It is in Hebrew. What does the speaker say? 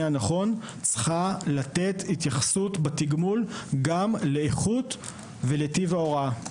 הנכון היא צריכה לתת התייחסות בתגמול גם לאיכות ולטיב ההוראה.